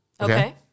okay